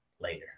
later